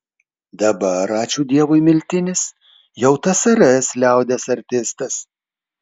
dabar ačiū dievui miltinis jau tsrs liaudies artistas